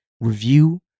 review